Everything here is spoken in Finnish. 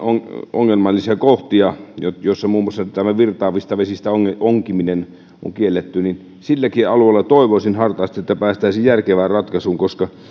ongelmallisia kohtia jossa muun muassa virtaavista vesistä onkiminen on kiellettyä niin toivoisin hartaasti että päästäisiin järkevään ratkaisuun